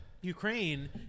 Ukraine